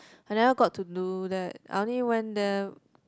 I never got to do that I only went there